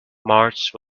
march